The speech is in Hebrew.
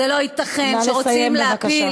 זה לא ייתכן, נא לסיים, בבקשה.